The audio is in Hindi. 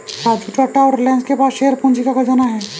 राजू टाटा और रिलायंस के पास शेयर पूंजी का खजाना है